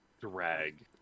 drag